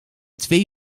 twee